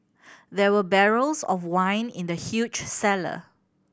there were barrels of wine in the huge cellar